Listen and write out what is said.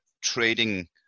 trading